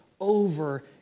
Over